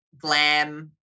glam